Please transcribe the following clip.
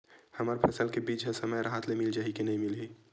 हमर फसल के बीज ह समय राहत ले मिल जाही के नी मिलही?